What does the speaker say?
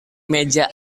meja